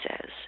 says